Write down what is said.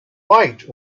white